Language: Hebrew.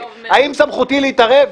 האם סמכותי להתערב?